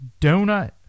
Donut